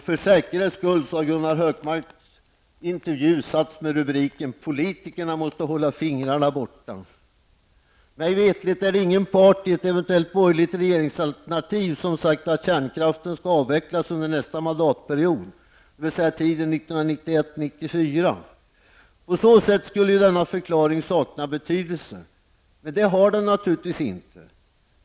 För säkerhets skull har intervjun med Gunnar Hökmark satts med rubriken Politikerna måste hålla fingrarna borta. Mig veterligt är det ingen part i ett eventuellt borgerliga regeringsalternativ som sagt att kärnkraften skall avvecklas under nästa mandatperiod, dvs. tiden 1991--1994. På så sätt skulle ju denna förklaring sakna betydelse. Men det har den naturligtvis inte.